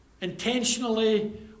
intentionally